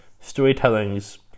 storytelling's